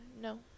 No